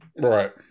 Right